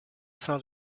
sein